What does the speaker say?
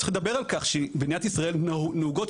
תחליף את הגורם האנושי באופן הזה שהבינה המלאכותית תבין את